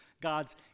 God's